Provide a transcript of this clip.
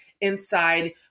inside